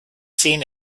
seen